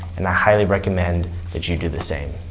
and i highly recommend that you do the same.